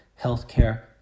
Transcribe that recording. healthcare